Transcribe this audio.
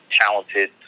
Talented